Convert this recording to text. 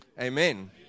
Amen